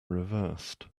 reversed